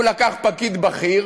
הוא לקח פקיד בכיר